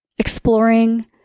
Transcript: Exploring